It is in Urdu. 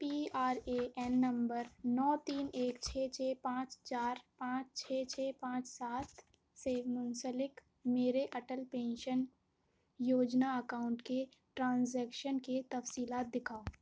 P R A N number نو تین ایک چھ چھ پانچ چار پانچ چھ چھ پانچ سات سے منسلک میرے اٹل پینشن یوجنا اکاؤنٹ کے ٹرانزیکشن کی تفصیلات دکھاؤ